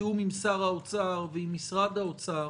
בתיאום עם שר האוצר ועם משרד האוצר,